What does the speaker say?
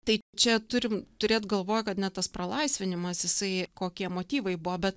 tai čia turim turėt galvoj kad net tas pralaisvinimas jisai kokie motyvai buvo bet